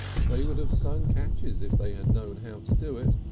they would have sung catches if they had known how to do it,